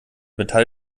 metall